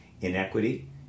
inequity